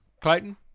Clayton